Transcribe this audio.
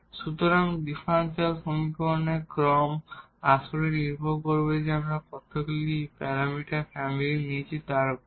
সুতরাং ডিফারেনশিয়াল সমীকরণের ক্রম আসলে নির্ভর করবে আমরা কতগুলি প্যারামিটার ফ্যামিলি নিয়েছি তার ওপর